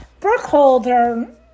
Brookholder